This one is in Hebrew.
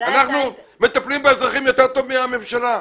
אנחנו מטפלים באזרחים יותר טוב מהממשלה.